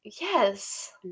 Yes